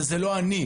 זה לא אני.